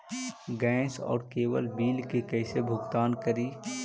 Gas और cable bill के कैसे भुगतान करी?